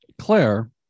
Claire